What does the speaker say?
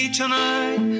tonight